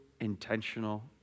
intentional